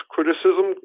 Criticism